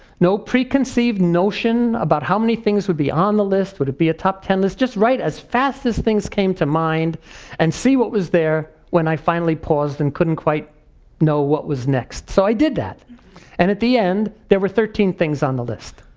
no preconceived notion about how many things would be on the list, would it be a top ten list. just write as fast as things came to mind and see what was there when i finally paused and couldn't quite know what was next. so i did that and at the end, there were thirteen things on the list.